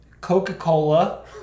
Coca-Cola